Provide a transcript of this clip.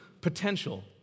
potential